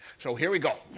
so here we go!